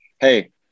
hey